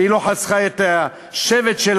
שלא חסכה את שבטה,